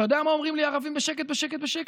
אתה יודע מה אומרים לי ערבים בשקט בשקט?